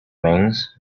wings